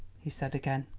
he said again,